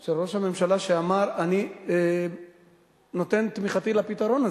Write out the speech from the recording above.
של ראש הממשלה, שאמר: אני נותן תמיכתי לפתרון הזה.